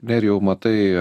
nerijau matai